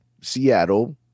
Seattle